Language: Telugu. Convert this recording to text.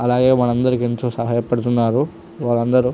అలాగే మనందరికీ ఎంతో సహాయపడుతున్నారు వాళ్ళందరూ